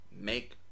make